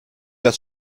das